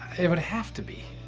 it would have to be.